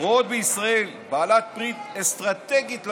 רואות בישראל בעלת ברית אסטרטגית ליציבות,